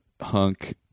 hunk